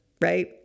right